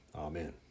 Amen